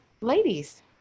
ladies